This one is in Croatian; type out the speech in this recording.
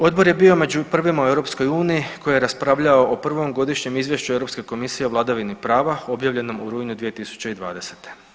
Odbor je bio među prvima u EU koji je raspravljao o prvom godišnjem izvješću Europske komisije o vladavini prava objavljenom u rujnu 2020.